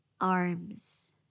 arms